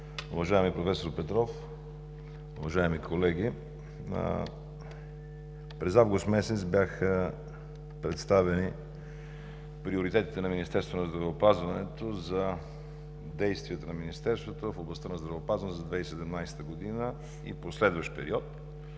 Уважаеми проф. Петров, уважаеми колеги! През август месец бяха представени приоритетите на Министерството на здравеопазването за действията на Министерството в областта на здравеопазването за 2017 г. и последващ период,